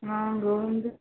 நாங்கள் வந்து